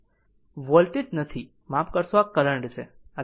voltage નથી માફ કરશો આ કરંટ છે